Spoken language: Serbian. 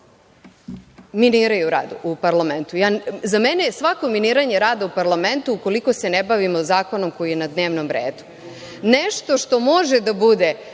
miniraju rad u Parlamentu. Za mene je svako miniranje rada u Parlamentu, u koliko se ne bavimo zakonom koji je na dnevnom redu. Nešto što može da bude